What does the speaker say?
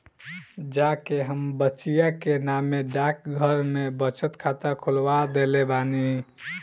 जा के हम बचिया के नामे डाकघर में बचत खाता खोलवा देले बानी